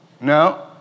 No